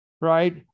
right